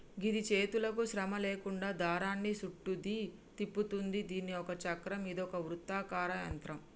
గిది చేతులకు శ్రమ లేకుండా దారాన్ని సుట్టుద్ది, తిప్పుతుంది దీని ఒక చక్రం ఇదొక వృత్తాకార యంత్రం